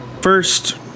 First